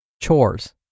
chores